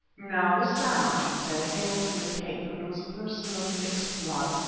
now this sam, i should say, hailed from the cape, and was a person of mixed blood.